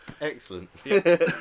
Excellent